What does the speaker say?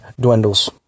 dwindles